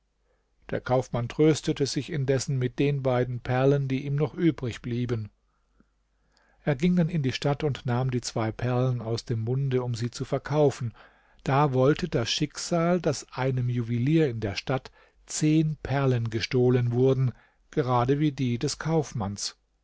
der kaufmann tröstete sich indessen mit den beiden perlen die ihm noch übrig blieben er ging dann in die stadt und nahm die zwei perlen aus dem munde um sie zu verkaufen da wollte das schicksal daß einem juwelier in der stadt zehn perlen gestohlen wurden gerade wie die des kaufmanns